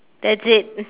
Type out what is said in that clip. that's it